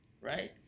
right